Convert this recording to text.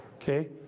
Okay